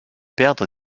perdre